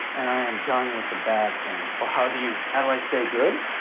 and i am done with the bad thing well, how do you, how do i stay good?